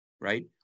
right